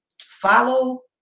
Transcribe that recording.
Follow